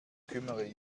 kümmere